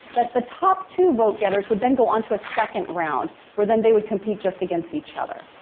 that the top two vote-getters would then go on to a second round, where then they would compete just against each other,